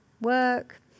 work